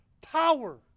power